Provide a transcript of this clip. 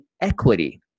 equity